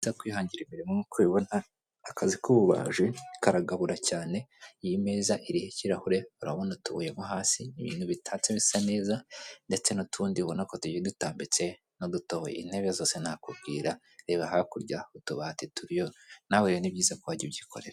Ibi nibyo bita kwihangira imirimo nk'uko ubibona akazi k'ububaji karagabura cyane iyi meza iriho ikirahure, urabona utubuye mo hasi ibintu bitatse bisa neza ndetse n'utundi ubona ko tugiye dutambitse n'ubudutoboye, intebe zo sinakubwira reba hakurya utubati turiyo nawe rero ni byiza ko wajya ubyikorera.